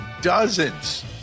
dozens